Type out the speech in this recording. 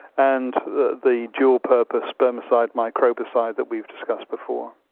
and the the dual purpose spermicide-microbicide that we've discussed before.